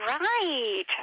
right